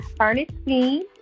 Ernestine